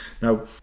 Now